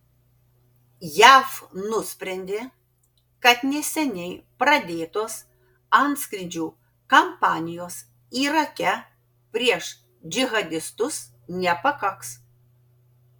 jav nusprendė kad neseniai pradėtos antskrydžių kampanijos irake prieš džihadistus nepakaks